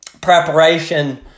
preparation